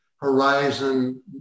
horizon